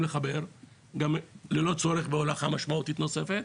לחבר גם ללא צורך בהולכה משמעותית נוספת,